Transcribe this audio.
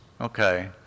Okay